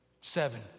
seven